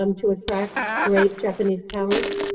um to attract great japanese talent.